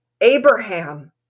Abraham